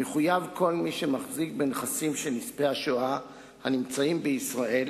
מחויב כל מי שמחזיק בנכסים של נספי שואה הנמצאים בישראל